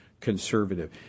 Conservative